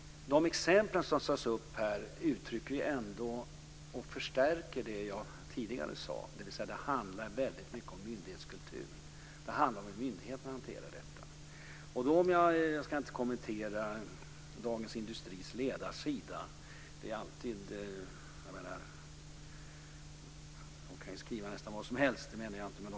De exempel som tas upp här förstärker det jag tidigare sade. Det handlar väldigt mycket om myndighetskultur och hur myndigheterna hanterar detta. Jag ska inte kommentera Dagens Industris ledarsida. Jag höll på att säga att de kan skriva nästan vad som helst, men det menar jag inte.